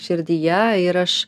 širdyje ir aš